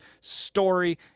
story